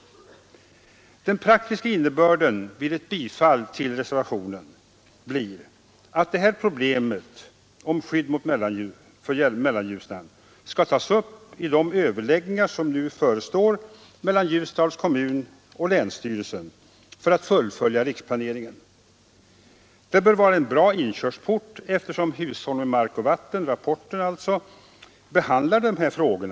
Den praktiska innebörden av ett bifall till reservationen blir att detta problem om skydd för Mellanljusnan skall tas upp vid de överläggningar som nu förestår mellan Ljusdals kommun och länsstyrelsen för att fullfölja riksplaneringen. Det bör vara en bra inkörsport, eftersom rapporten Hushållning med mark och vatten behandlar dessa frågor.